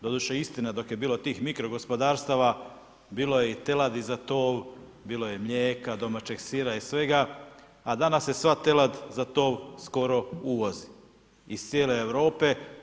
Doduše istina dok je bilo tih mikro gospodarstava bilo je i teladi za tov, bilo je mlijeka, domaćeg sira i svega, a danas se sva telad za tov skoro uvozi iz cijele Europe.